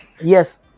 Yes